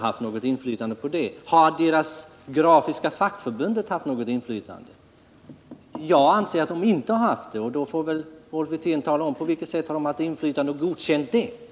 Har Grafiska fackförbundet haft något inflytande? Jag anser att förbundet inte haft det, så då får Rolf Wirtén tala om på vilket sätt förbundet haft inflytande och godkänt utlandsetableringarna.